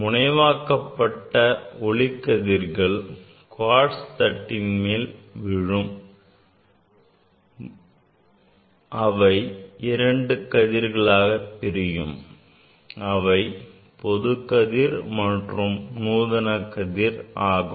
முனைவாக்கப்பட்ட ஒளிக்கதிர்கள் குவாட்ஸ் தட்டின் மேல் விழும் போது அவை இரண்டு கதிர்களாக பிரிகின்றன அவை பொது கதிர் மற்றும் நூதன கதிர் ஆகும்